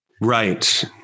Right